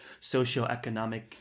socioeconomic